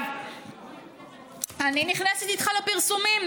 אני נכנסת איתך לפרסומים,